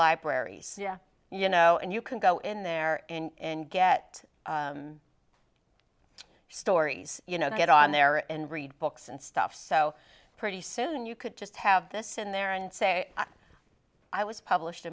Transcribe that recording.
libraries you know and you can go in there and get stories you know get on there and read books and stuff so pretty soon you could just have this in there and say i was published